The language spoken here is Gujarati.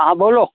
હા બોલો